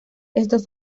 estos